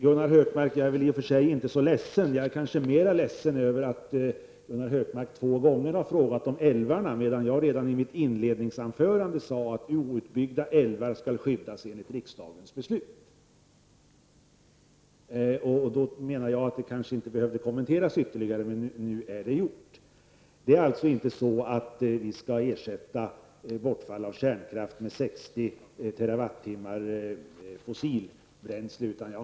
Gunnar Hökmark, jag är i och för sig inte så ledsen. Jag är kanske mera ledsen över att Gunnar Hökmark två gånger har frågat om älvarna. Redan i mitt inledningsanförande sade jag att outbyggda älvar skall skyddas enligt riksdagens beslut. Jag menade då att det kanske inte behövde kommenteras ytterligare, men nu är det gjort. Vi skall således inte ersätta bortfall av kärnkraft med 60 Twh från fossilbränslen.